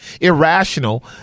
irrational